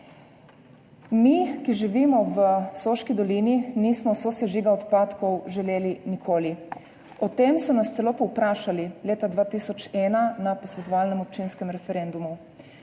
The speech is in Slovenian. Mi, ki živimo v Soški dolini, nismo sosežiga odpadkov želeli nikoli. O tem so nas celo povprašali leta 2001 na posvetovalnem občinskem referendumu.